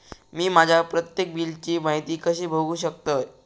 मी माझ्या प्रत्येक बिलची माहिती कशी बघू शकतय?